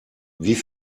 wie